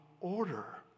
order